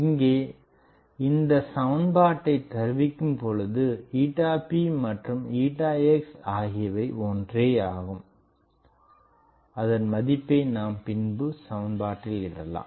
இங்கே இந்த சமன்பாட்டை தருவிக்கும் பொழுது ηp மற்றும் ηx ஆகியவை ஒன்றேயாகும் அதன் மதிப்பை நாம் பின்பு சமன்பாட்டில் இடலாம்